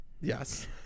Yes